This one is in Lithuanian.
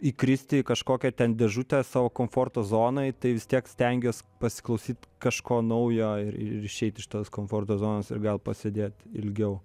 įkristi į kažkokią ten dėžutę savo komforto zonoj tai vis tiek stengiuos pasiklausyt kažko naujo ir ir išeiti iš tos komforto zonos ir gal pasėdėti ilgiau